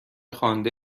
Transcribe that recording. خوانده